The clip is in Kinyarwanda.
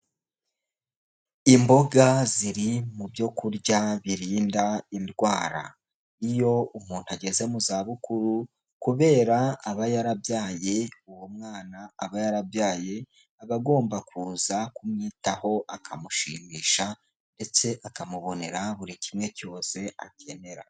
Imboga ziri mu byo kurya birinda indwara, iyo umuntu ageze mu za bukuru kubera aba yarabyaye uwo mwana aba yarabyaye aba agomba kuza kumwitaho akamushimisha ndetse akamubonera buri kimwe cyose akenera.